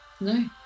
No